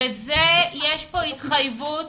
יש כאן התחייבות.